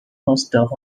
hausdorff